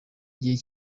gihe